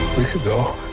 we could go,